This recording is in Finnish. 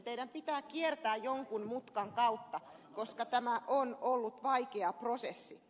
teidän pitää kiertää jonkun mutkan kautta koska tämä on ollut vaikea prosessi